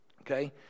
okay